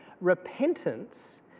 repentance